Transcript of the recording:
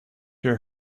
your